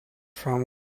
from